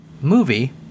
movie